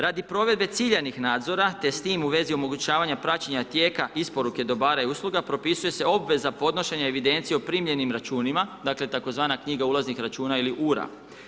Radi provedbe ciljanih nadzora te s tim u vezi omogućavanja praćenja tijeka isporuke dobara i usluga propisuje se obveza podnošenja evidencije o primljenim računima dakle tzv. knjiga ulaznih računa ili URA.